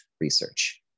research